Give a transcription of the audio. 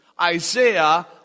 Isaiah